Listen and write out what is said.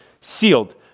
Sealed